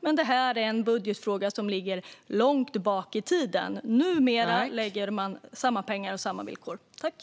Men det är en budgetfråga som ligger långt bak i tiden. Numera lägger man samma pengar och man har samma villkor.